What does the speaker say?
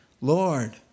Lord